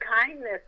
kindness